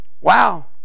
Wow